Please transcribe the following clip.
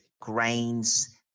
grains